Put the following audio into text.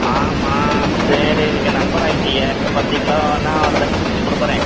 ஆமாம் சரி நீங்கள் நண்பர் ஆயிட்டீங்க பத்து கிலோ வேணுனா அதிலேர்ந்து பிரிச்சு கொடுக்குறேன்